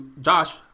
Josh